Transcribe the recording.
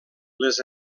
les